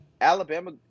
Alabama